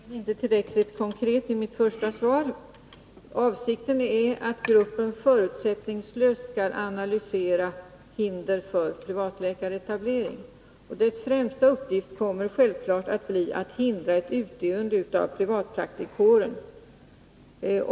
Herr talman! Jag var tydligen inte tillräckligt konkret i mitt första svar. Avsikten är att gruppen förutsättningslöst skall analysera hindren för privatläkaretablering, och dess främsta uppgift kommer självfallet att bli att hindra ett utdöende av privatpraktikerkåren.